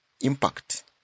impact